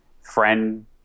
friend